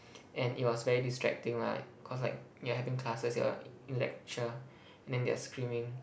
and it was very distracting lah cause like you are having classes you are in lecture and they are screaming